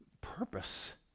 purpose